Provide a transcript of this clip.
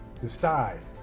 Decide